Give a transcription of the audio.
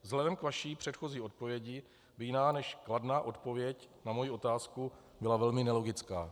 Vzhledem k vaší předchozí odpovědi by jiná než kladná odpověď na moji otázku byla velmi nelogická.